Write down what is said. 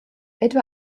etwa